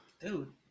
Dude